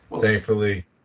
Thankfully